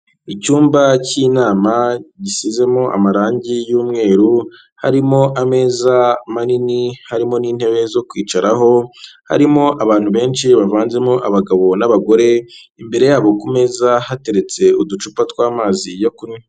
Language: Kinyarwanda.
Icyumba cy'inama gisizemo amarangi y'umweru, harimo ameza manini, harimo n'intebe zo kwicaraho, harimo abantu benshi bavanzemo abagabo n'abagore, imbere yabo ku meza hateretse uducupa tw'amazi yo kunywa.